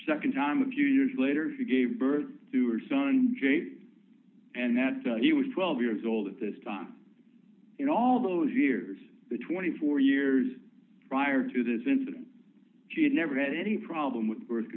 the nd time a few years later he gave birth to a son james and that he was twelve years old at this time you know all those years the twenty four years prior to this incident you never read any problem with birth